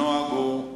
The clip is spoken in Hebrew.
הנוהג הוא,